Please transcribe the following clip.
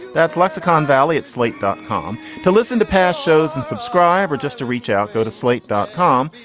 that's lexicon valley at slate dot com to listen to past shows and subscribe or just to reach out, go to slate dot com.